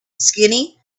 skinny